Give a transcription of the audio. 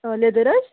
آ لیٚدٕر حظ